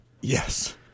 Yes